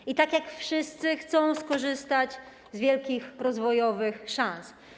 I tak jak wszyscy chcą skorzystać z wielkich rozwojowych szans.